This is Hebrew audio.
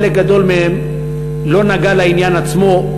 חלק גדול מהם לא נגע לעניין עצמו,